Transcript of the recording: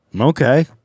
Okay